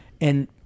And-